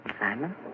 Simon